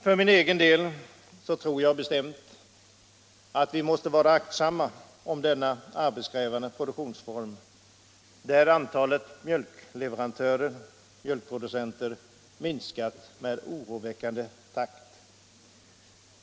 För min egen del tror jag bestämt att vi måste vara aktsamma om denna arbetskrävande produktionsform när antalet mjölkproducenter minskat i oroväckande takt.